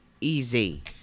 easy